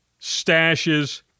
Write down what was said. stashes